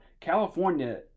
california